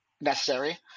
necessary